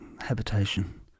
habitation